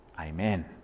Amen